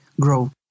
grow